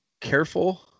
careful